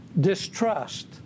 distrust